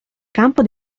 campo